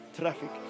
traffic